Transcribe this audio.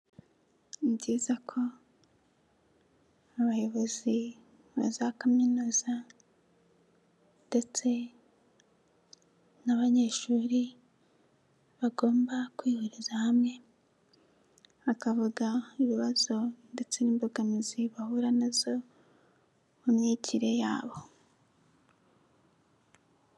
Ni byiza ko abayobozi za kaminuza ndetse n'abanyeshuri, bagomba kwihureza hamwe, bakavuga ibibazo ndetse n'imbogamizi bahura nazo mu myigire yabo.